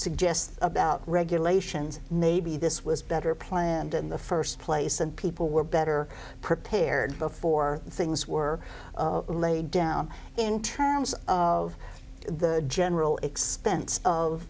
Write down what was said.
suggest about regulations maybe this was better planned in the first place and people were better prepared before things were laid down in terms of the general expense of